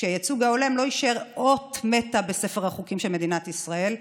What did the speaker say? שהייצוג ההולם לא יישאר אות מתה בספר החוקים של מדינת ישראל,